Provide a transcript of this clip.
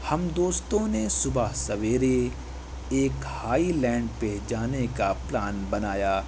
ہم دوستوں نے صبح سویرے ایک ہائی لینڈ پہ جانے کا پلان بنایا